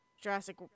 Jurassic